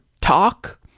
talk